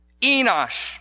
Enosh